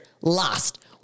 lost